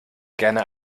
gerne